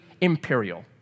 Imperial